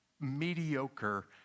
mediocre